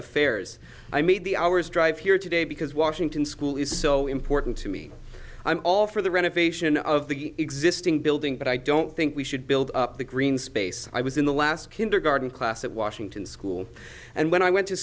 affairs i made the hours drive here today because washington school is so important to me i'm all for the renovation of the existing building but i don't think we should build up the green space i was in the last kindergarten class at washington school and when i went to